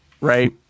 right